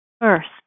First